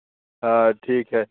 हाँ ठीक है